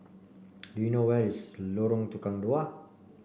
do you know where is Lorong Tukang Dua